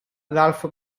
ralph